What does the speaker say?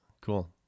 Cool